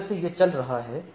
इस तरह से यह चल रहा है